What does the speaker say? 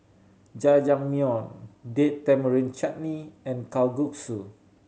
Jajangmyeon Date Tamarind Chutney and Kalguksu